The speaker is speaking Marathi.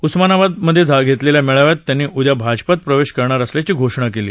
उस्मानाबाद मध्ये घेतलेल्या मेळाव्यात त्यांनी उद्या भाजपात प्रवेश करणार असल्याची घोषणा केली